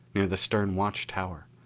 near the stern watch tower.